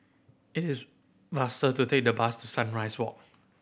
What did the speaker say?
it is faster to take the bus to Sunrise Walk